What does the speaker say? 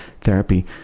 therapy